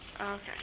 okay